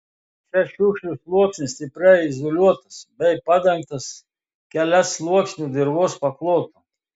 čia šiukšlių sluoksnis stipriai izoliuotas bei padengtas keliasluoksniu dirvos paklotu